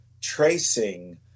tracing